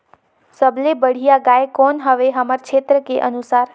सबले बढ़िया गाय कौन हवे हमर क्षेत्र के अनुसार?